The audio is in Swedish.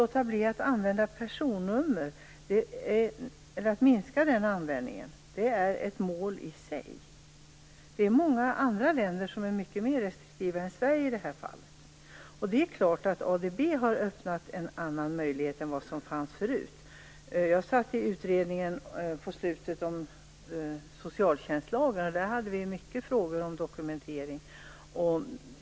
Att minska användningen av personnummer är ett mål i sig. Det är många andra länder som är mycket mer restriktiva än Sverige i det här fallet. Det är klart att ADB har öppnat en annan möjlighet än vad som fanns förut. Jag satt med mot slutet i utredningen om socialtjänstlagen. Där hade vi många frågor om dokumentering.